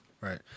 right